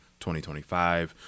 2025